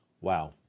Wow